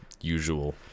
usual